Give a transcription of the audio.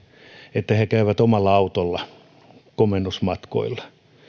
että he käyvät omalla autolla komennusmatkoilla